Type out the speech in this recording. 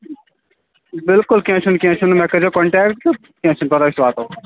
بِلکُل کیٚنٛہہ چھُنہٕ کیٚنٛہہ چھُ مےٚ کٔرۍزیٚو کانٹیکٹ تہٕ کیٚنٛہہ چھُنہٕ پَرواے أسۍ واتو